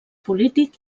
polític